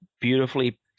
beautifully